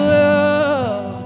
love